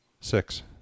Six